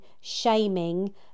shaming